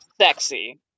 sexy